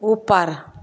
ऊपर